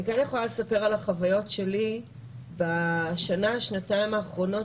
אני כן יכולה לספר על החוויות שלי בשנה-שנתיים האחרונות,